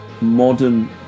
modern